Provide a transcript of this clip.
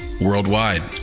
worldwide